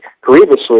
grievously